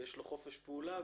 יש לו חופש פעולה.